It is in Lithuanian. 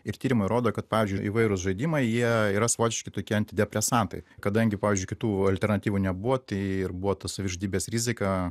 ir tyrimai rodo kad pavyzdžiui įvairūs žaidimai jie yra savotiški tokie antidepresantai kadangi pavyzdžiui kitų alternatyvų nebuvo tai ir buvo ta savižudybės rizika